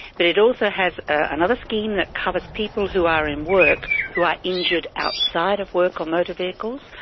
but it also has another scheme that covers people who are in work who are injured outside of work or motor vehicles.